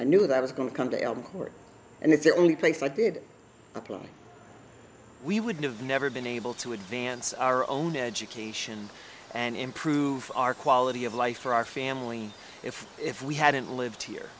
i knew that i was going to come to work and it's the only place i did we would have never been able to advance our own education and improve our quality of life for our family if if we hadn't lived here